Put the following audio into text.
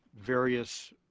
various